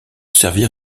servir